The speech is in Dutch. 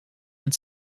het